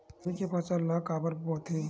रबी के फसल ला काबर बोथे?